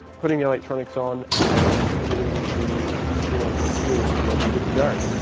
putting the electronics on and doing the string onto the spool and we'll be good to go.